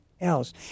else